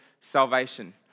salvation